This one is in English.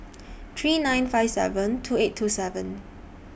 three nine five seven two eight two seven